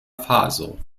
faso